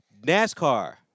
NASCAR